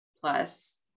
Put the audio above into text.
plus